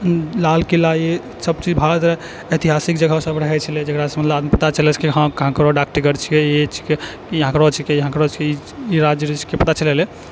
लालकिला सब चीज भारतके ऐतिहासिक जगह सब रहै छलै जकरासँ पता चलै छलै जे हँ डाकटिकट छिकै ई एकरो छिकै ई एकरो छिकै ई राज्यके रहै पता चलै रहै छलै